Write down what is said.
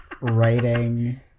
writing